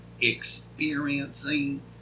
experiencing